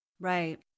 Right